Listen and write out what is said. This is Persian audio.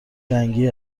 جنگی